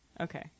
Okay